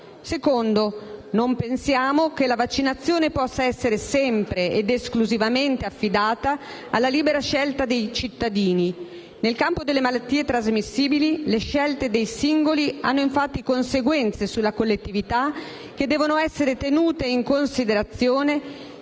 seconda: non pensiamo che la vaccinazione possa essere sempre e esclusivamente affidata alla libera scelta dei cittadini. Nel campo delle malattie trasmissibili le scelte dei singoli hanno infatti conseguenze sulla collettività che devono essere tenute in considerazione